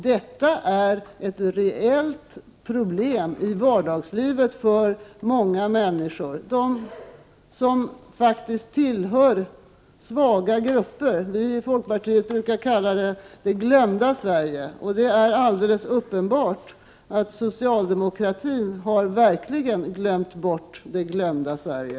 Detta är ett reellt problem i vardagslivet för många människor som faktiskt tillhör svaga grupper. Vi i folkpartiet brukar kalla det för det glömda Sverige. Det är helt uppenbart att socialdemokratin verkligen har glömt bort det glömda Sverige.